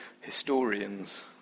historians